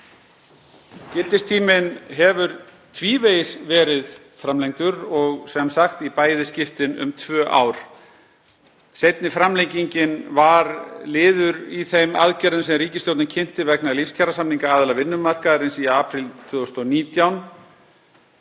Gildistíminn hefur tvívegis verið framlengdur og í bæði skiptin um tvö ár. Seinni framlengingin var liður í þeim aðgerðum sem ríkisstjórnin kynnti vegna lífskjarasamninga aðila vinnumarkaðarins í apríl 2019.